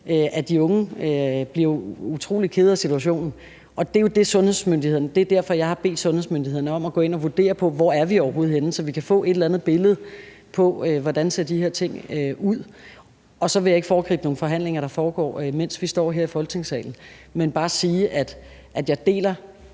at de unge bliver utrolig kede af situationen. Det er derfor, jeg har bedt sundhedsmyndighederne om at gå ind at vurdere, hvor vi overhovedet er henne, så vi kan få et eller andet billede af, hvordan de her ting ser ud. Så jeg vil ikke foregribe nogle forhandlinger, der foregår, mens vi står her i Folketingssalen, men bare sige, at jeg helt